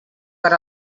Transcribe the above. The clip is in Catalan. per